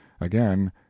again